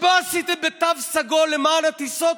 מה עשיתם בתו סגול למען הטיסות?